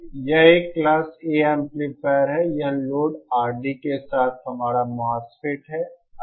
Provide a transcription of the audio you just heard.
यह एक class A amplifier है यह लोड RD के साथ हमारा MOSFET है